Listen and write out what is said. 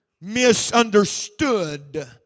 misunderstood